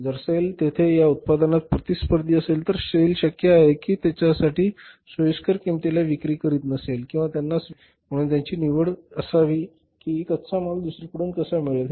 जर सेल तेथे या उत्पादनात प्रतिस्पर्धी असेल तर सेल शक्य आहे की सेल त्यांच्यासाठी सोयीस्कर किंमतीला विक्री करीत नसेल किंवा त्यांना स्वीकारेल म्हणून त्यांची निवड असावी की कच्चा माल दुसरीकडून कसा मिळेल